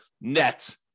net